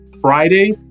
Friday